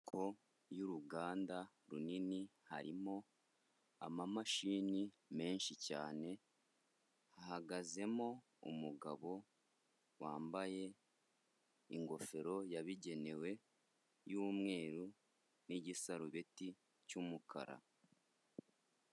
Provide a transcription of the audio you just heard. Inyubako y'uruganda runini harimo amamashini menshi cyane hahagazemo umugabo wambaye ingofero yabigenewe y'umweru n'igisarubeti cy'umukara.